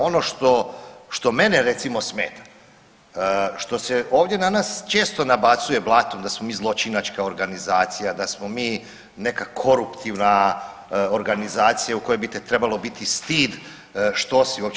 Ono što mene recimo smeta, što se ovdje na nas često nabacuje blato, da smo mi zločinačka organizacija, da smo mi neka koruptivna organizacija u kojoj bi te trebalo biti stid što si uopće.